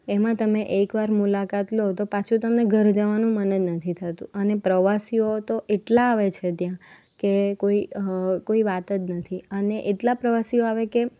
એમાં તમે એકવાર મુલાકાત લો તો પાછું તમને ઘરે જાવાનું મન જ નથી થતું અને પ્રવાસીઓ તો એટલા આવે છે ત્યાં કે કોઈ કોઈ વાત જ નથી અને એટલા પ્રવાસીઓ આવે કે